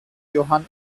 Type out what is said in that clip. johann